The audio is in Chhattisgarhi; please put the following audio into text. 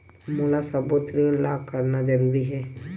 मोला सबो ऋण ला करना जरूरी हे?